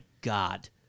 God